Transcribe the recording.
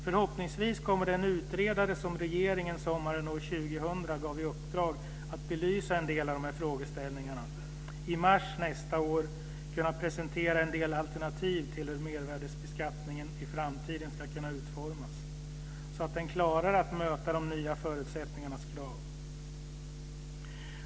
Förhoppningsvis kommer den utredare, som regeringen sommaren 2000 gav i uppdrag att belysa en del av de här frågorna, i mars nästa år kunna presentera en del alternativ till hur mervärdesbeskattningen i framtiden ska kunna utformas så att den klarar att möta kraven i och med de nya förutsättningarna.